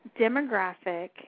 demographic